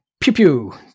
pew-pew